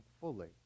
fully